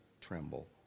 tremble